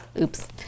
Oops